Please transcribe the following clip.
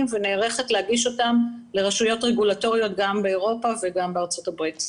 ונערכת להגיש אותם לרשויות רגולטוריות גם באירופה וגם בארצות הברית.